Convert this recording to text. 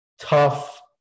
tough